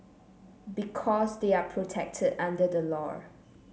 because they are protected under the law